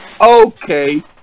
Okay